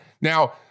now